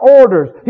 orders